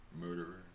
murderer